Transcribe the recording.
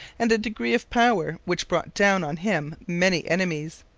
and a degree of power which brought down on him many enemies.